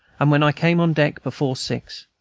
and when i came on deck, before six,